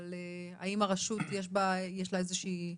אבל האם הרשות יש לה איזה שהוא פיקוח?